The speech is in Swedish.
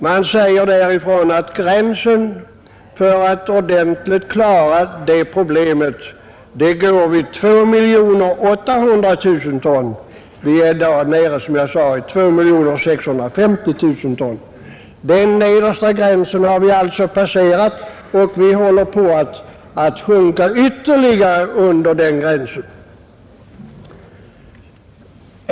Man säger att gränsen för att årligen klara det problemet går vid 2 800 000 ton. Vi är i dag som jag sade nere vid 2 650 000 ton. Den nedersta gränsen har alltså passerats, och vi håller på att sjunka ytterligare under den.